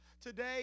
today